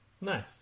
Nice